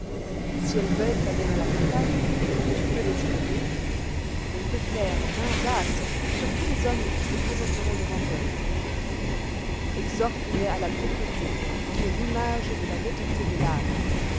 si elles veulent aller à la campagne tu peux les y mener mais fais faire main basse sur tous les hommes qui se présenteront devant elles exhorte les à la propreté qui est l'image de la netteté de l'âme